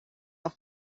auch